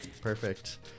Perfect